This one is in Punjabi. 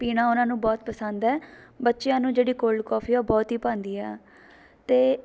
ਪੀਣਾ ਉਹਨਾਂ ਨੂੰ ਬਹੁਤ ਪਸੰਦ ਹੈ ਬੱਚਿਆਂ ਨੂੰ ਜਿਹੜੀ ਕੋਲਡ ਕੋਫੀ ਹੈ ਉਹ ਬਹੁਤ ਹੀ ਭਾਉਂਦੀ ਆ ਅਤੇ